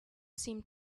seem